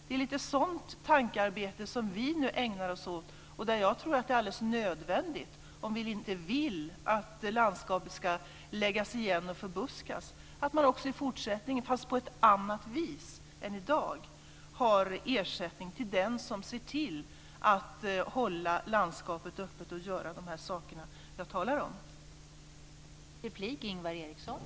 Det är lite sådant tankearbete som vi nu ägnar oss åt, och jag tror att det är alldeles nödvändigt om vi inte vill att landskapet ska läggas igen och förbuskas att man också i fortsättningen, fast på ett annat vis än i dag, har ersättning till den som ser till att hålla landskapet öppet och göra de här sakerna som jag talar om.